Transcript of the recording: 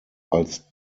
als